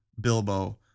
Bilbo